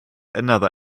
another